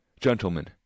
Gentlemen